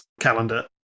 calendar